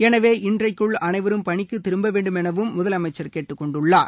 எனவே இன்றைக்குள் அனைவரும் பணிக்குத் திரும்ப வேண்டும் எனவும் முதலமைச்சர் கேட்டுக்கொண்டுள்ளார்